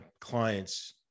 clients